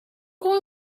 going